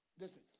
Listen